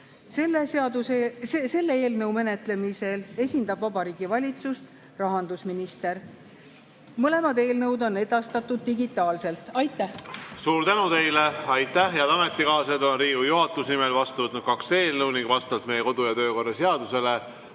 Selle eelnõu menetlemisel esindab Vabariigi Valitsust rahandusminister. Mõlemad eelnõud on edastatud digitaalselt. Aitäh! Suur tänu teile, aitäh! Head ametikaaslased! Olen Riigikogu juhatuse nimel vastu võtnud kaks eelnõu ning vastavalt meie kodu‑ ja töökorra seadusele